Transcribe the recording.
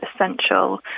essential